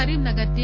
Karimnagar T